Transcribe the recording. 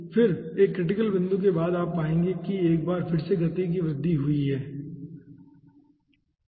फिर एक क्रिटिकल बिंदु के बाद आप पाएंगे कि एक बार फिर से गति की वृद्धि धीमी हुई है